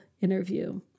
interview